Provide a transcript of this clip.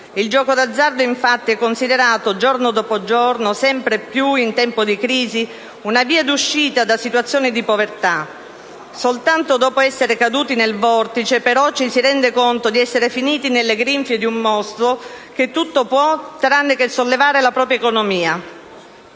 Il gioco d'azzardo infatti è considerato giorno dopo giorno sempre più, in tempo di crisi, una via di uscita da situazioni di povertà. Soltanto dopo essere caduti nel vortice, però, ci si rende conto di essere finiti nelle grinfie di un mostro che tutto può, tranne che sollevare la propria economia.